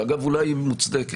שאגב אולי היא מוצדקת